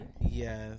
Yes